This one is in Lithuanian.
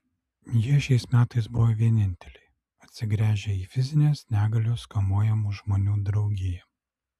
jie šiais metais buvo vieninteliai atsigręžę į fizinės negalios kamuojamų žmonių draugiją